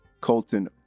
colton